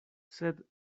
sed